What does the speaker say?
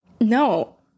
no